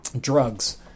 Drugs